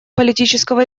политического